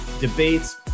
debates